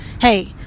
hey